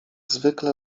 zwykle